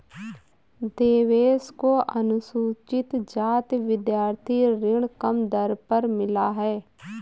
देवेश को अनुसूचित जाति विद्यार्थी ऋण कम दर पर मिला है